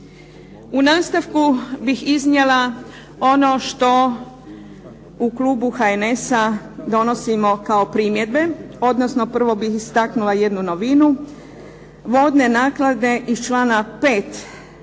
U nastavku bih iznijela ono što u Klubu HNS-a donosimo kao primjedbe, odnosno prvo bih istaknula jednu novinu. Vodne naknade iz člana 5.